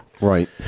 Right